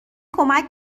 کمک